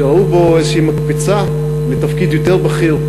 שראו בו איזו מקפצה לתפקיד יותר בכיר,